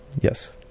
Yes